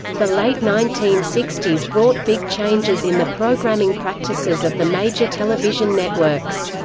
the late nineteen sixty s brought big changes in the programming practices of the major television networks.